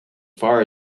far